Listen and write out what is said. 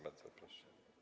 Bardzo proszę.